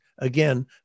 Again